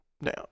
Now